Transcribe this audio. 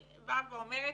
לוועדה.